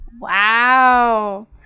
Wow